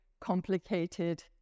complicated